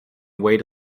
wait